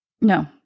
No